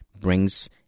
brings